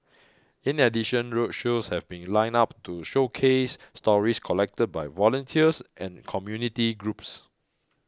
in addition roadshows have been lined up to showcase stories collected by volunteers and community groups